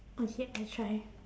okay I try